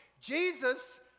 Jesus